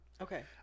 Okay